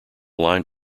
lined